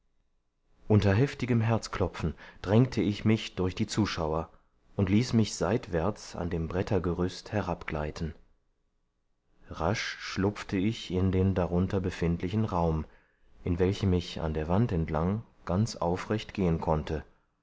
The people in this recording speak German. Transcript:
unter heftigem herzklopfen drängte ich mich durch die zuschauer und ließ mich seitwärts an dem brettergerüst herabgleiten rasch schlüpfte ich in den darunter befindlichen raum in welchem ich an der wand entlang ganz aufrecht gehen konnte